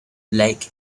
lake